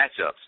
matchups